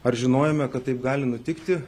ar žinojome kad taip gali nutikti